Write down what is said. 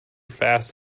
fast